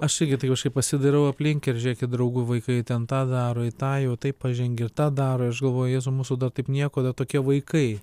aš tai kažkaip pasidairau aplink ir žiūrėkit draugų vaikai ten tą daro į tą jau taip pažengė tą daro aš galvoju jėzau mūsų dar taip nieko dar tokie vaikai